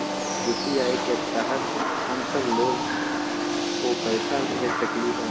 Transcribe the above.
UPI के तहद हम सब लोग को पैसा भेज सकली ह?